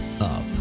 up